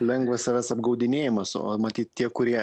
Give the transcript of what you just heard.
lengvas savęs apgaudinėjimas o matyt tie kurie